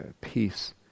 peace